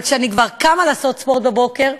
אבל כשאני כבר קמה לעשות ספורט בבוקר,